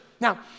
Now